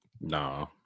Nah